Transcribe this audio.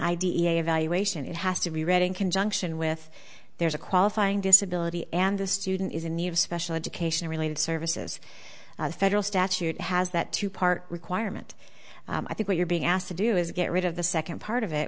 id a valuation it has to be read in conjunction with there's a qualifying disability and the student is in need of special education related services the federal statute has that two part requirement i think what you're being asked to do is get rid of the second part of it